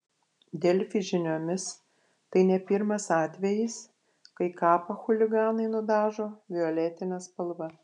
delfi žiniomis tai ne pirmas atvejis kai kapą chuliganai nudažo violetine spalva